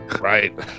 Right